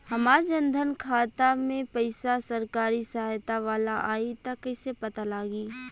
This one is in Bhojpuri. हमार जन धन खाता मे पईसा सरकारी सहायता वाला आई त कइसे पता लागी?